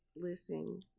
listen